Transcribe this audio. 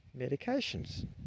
medications